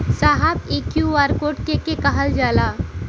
साहब इ QR code के के कहल जाला?